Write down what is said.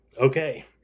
Okay